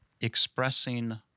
expressing